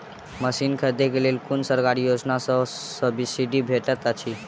Machine खरीदे लेल कुन सरकारी योजना सऽ सब्सिडी भेटैत अछि?